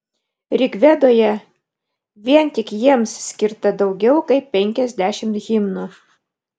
rigvedoje vien tik jiems skirta daugiau kaip penkiasdešimt himnų